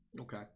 Okay